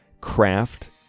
craft